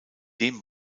dem